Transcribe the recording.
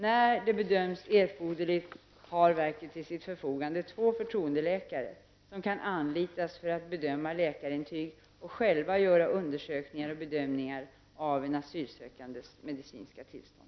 När det bedöms erforderligt har verket till sitt förfogande två förtroendeläkare, som kan anlitas för att bedöma läkarintyg och själva göra undersökningar och bedömningar av en asylsökandes medicinska tillstånd.